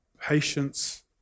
Patience